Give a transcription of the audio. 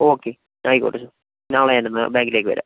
okay ആയിക്കോട്ടെ sir നാളെ ഞാനന്നാൽ ബാങ്കിലേക്ക് വരാം